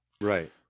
Right